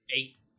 eight